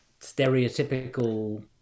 stereotypical